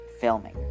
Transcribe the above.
filming